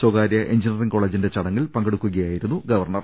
സ്വകാര്യ എഞ്ചിനിയറിങ്ങ് കോളജിന്റെ ചടങ്ങിൽ പങ്കെടുക്കുക യായിരുന്നു ഗവർണർ